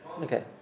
Okay